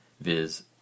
viz